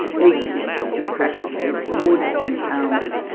leads to restrictive practices, more disempowerment.